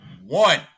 one